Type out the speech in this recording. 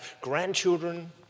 grandchildren